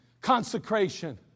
consecration